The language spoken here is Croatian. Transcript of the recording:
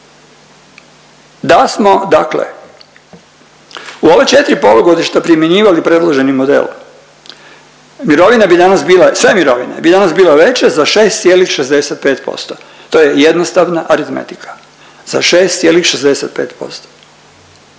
Da smo dakle u ova četri polugodišta primjenjivali predloženi model, mirovine bi danas bile, sve mirovine bi danas bile veće za 6,65% to je jednostavna aritmetika za 6,65%,